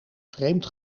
vreemd